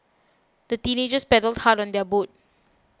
the teenagers paddled hard on their boat